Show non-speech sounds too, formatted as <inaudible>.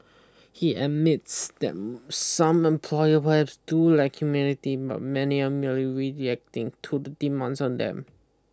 he admits that <hesitation> some employer perhaps do lack humanity but many are merely reacting to the demands on them